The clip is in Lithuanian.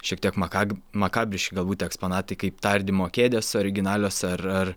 šiek tiek makab makabriški galbūt eksponatai kaip tardymo kėdės originalios ar ar